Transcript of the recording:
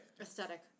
Aesthetic